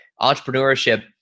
entrepreneurship